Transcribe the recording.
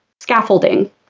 scaffolding